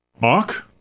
Mark